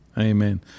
Amen